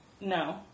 No